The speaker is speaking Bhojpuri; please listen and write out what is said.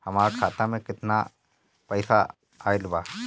हमार खाता मे केतना पईसा आइल बा?